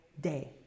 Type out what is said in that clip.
day